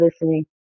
listening